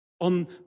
on